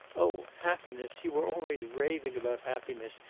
oh, happiness! you are always raving about happiness.